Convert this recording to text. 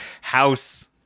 House